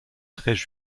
treize